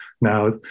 Now